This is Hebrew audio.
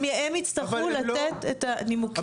הם יצטרכו לתת את הנימוקים.